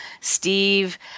Steve